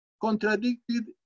contradicted